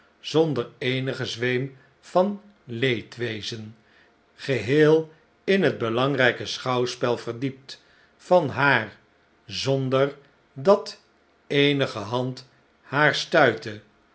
zonder eenigen zweem van leedwezen geheel in het belangrijke schouwspel verdiept van haar zonder dat eenige hand haar stuitte